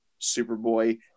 Superboy